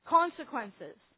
consequences